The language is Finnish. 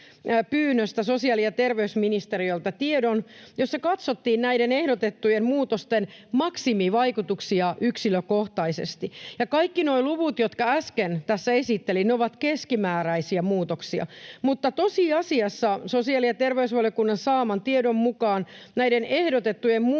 sosiaali- ja terveysministeriöltä tiedon, jossa katsottiin näiden ehdotettujen muutosten maksimivaikutuksia yksilökohtaisesti. Ja kaikki nuo luvut, jotka äsken tässä esittelin, ovat keskimääräisiä muutoksia, mutta tosiasiassa sosiaali- ja terveysvaliokunnan saaman tiedon mukaan näiden ehdotettujen muutosten